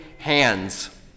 hands